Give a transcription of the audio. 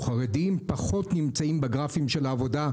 חרדיים פחות נמצאים בגרפים של העבודה,